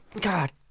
God